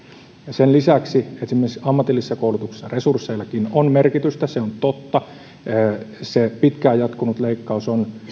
sen lisäksi esimerkiksi ammatillisessa koulutuksessa resursseillakin on merkitystä se on totta pitkään jatkunut leikkaus on